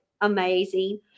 amazing